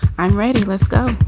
i'm ready. let's go